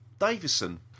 Davison